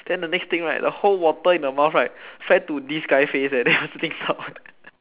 then the next thing right the whole water in the mouth right fly to this guy face leh then was